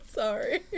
Sorry